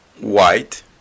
white